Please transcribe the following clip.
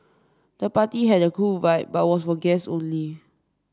the party had a cool vibe but was for guest only